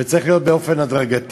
זה צריך להיות באופן הדרגתי.